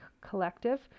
Collective